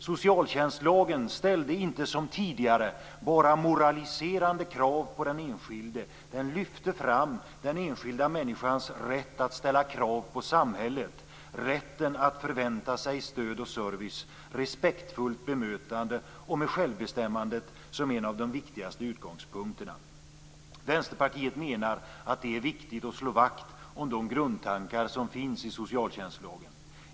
Socialtjänstlagen ställde inte som tidigare bara moraliserande krav på den enskilde, den lyfte fram den enskilda människans rätt att ställa krav på samhället, rätten att förvänta sig stöd och service, respektfullt bemötande och självbestämmande som en av de viktigaste utgångspunkterna. Vänsterpartiet menar att det är viktigt att slå vakt om de grundtankar som finns i socialtjänstlagen.